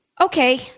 Okay